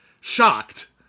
shocked